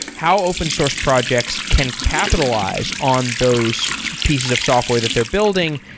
how open source projects can capitalize on those pieces of software that they're building,